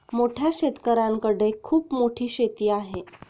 मोठ्या शेतकऱ्यांकडे खूप मोठी शेती आहे